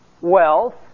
wealth